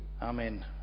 Amen